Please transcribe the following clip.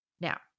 Now